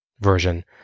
version